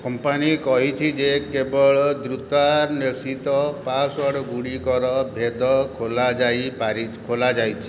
company କହିଛି ଯେ କେବଳ ଦ୍ରୁତାନ୍ୱେଷିତ ପାସ୍ୱାର୍ଡ଼୍ଗୁଡ଼ିକର ଭେଦ ଖୋଲାଯାଇ ପାରି ଖୋଲାଯାଇଛି